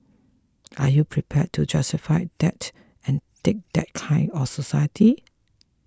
are you prepared to justify that and take that kind of society